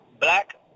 Black